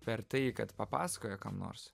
per tai kad papasakojo kam nors